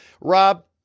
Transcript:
Rob